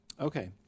Okay